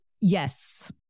Yes